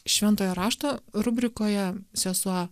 šventojo rašto rubrikoje sesuo